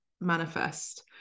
manifest